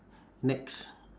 next